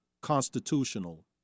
constitutional